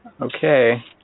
Okay